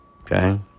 Okay